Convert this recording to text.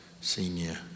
senior